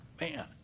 Man